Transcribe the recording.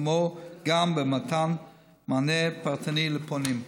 כמו גם במתן מענה פרטני לפונים.